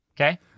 okay